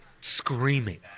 screaming